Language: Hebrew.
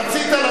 רצית,